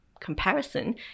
comparison